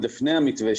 עוד לפני המתווה,